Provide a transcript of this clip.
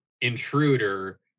Intruder